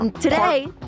today